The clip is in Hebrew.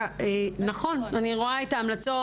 אני רואה את ההמלצות,